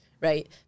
right